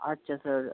আচ্ছা স্যার